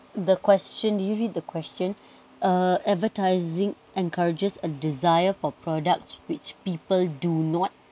the question do you read the question uh advertising encourages a desire for products which people do not